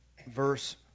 verse